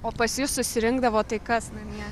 o pas jus susirinkdavo tai kas namie